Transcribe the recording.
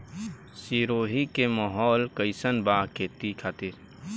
सिरोही के माहौल कईसन बा खेती खातिर?